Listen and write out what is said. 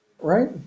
Right